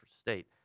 state